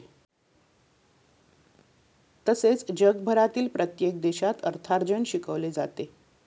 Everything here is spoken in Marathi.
तसेच जगभरातील प्रत्येक देशात अर्थार्जन शिकवले जाते